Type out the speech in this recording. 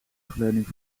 rugleuning